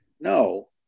No